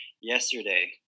yesterday